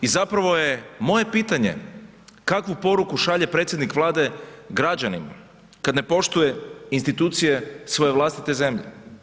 I zapravo je moje pitanje kakvu poruku šalje predsjednik Vlade građanima kada ne poštuje institucije svoje vlastite zemlje?